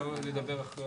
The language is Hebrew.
(ד)